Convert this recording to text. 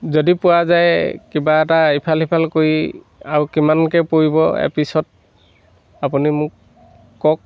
যদি পোৱা যায় কিবা এটা ইফাল সিফাল কৰি আৰু কিমানকৈ পৰিব এপিছত আপুনি মোক কওক